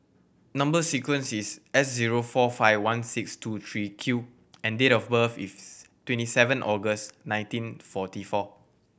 number sequence is S zero four five tone six two three Q and date of birth is twenty seven August nineteen forty four